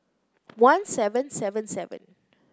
one seven seven seven